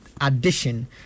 addition